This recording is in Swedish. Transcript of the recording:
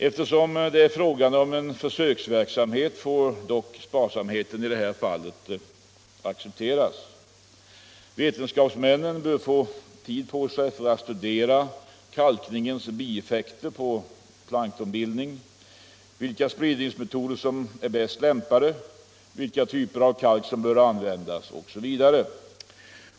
Eftersom det är fråga om en försöksverksamhet får dock sparsamheten accepteras. Vetenskapsmännen bör få tid på sig för att studera kalkningens bieffekter på planktonbildning, vilka spridningsmetoder som är bäst lämpade, vilka typer av kalk som bör användas osv.